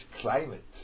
climate